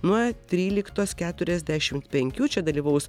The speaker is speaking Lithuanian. nuo tryliktos keturiasdešimt penkių čia dalyvaus